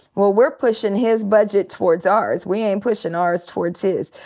well, we're pushing his budget towards ours. we ain't pushin' ours towards his.